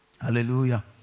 Hallelujah